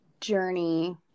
journey